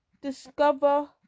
discover